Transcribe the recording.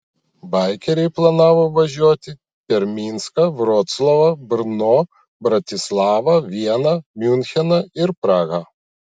baikeriai planavo važiuoti per minską vroclavą brno bratislavą vieną miuncheną ir prahą